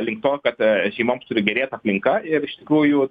link to kad šeimoms turi gerėt aplinka ir iš tikrųjų